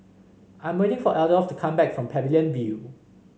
I'm waiting for Adolph to come back from Pavilion View